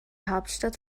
hauptstadt